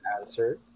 answer